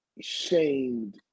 shamed